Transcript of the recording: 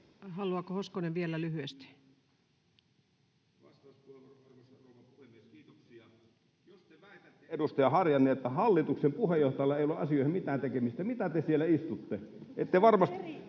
Haluaako Hoskonen vielä lyhyesti? [Hannu Hoskonen: Kyllä!] Kiitoksia, arvoisa rouva puhemies! Jos te väitätte, edustaja Harjanne, että hallituksen puheenjohtajalla ei ole asioihin mitään tekemistä, mitä te siellä istutte? Ette varmasti...